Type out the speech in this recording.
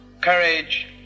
courage